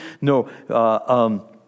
no